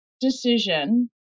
decision